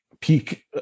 peak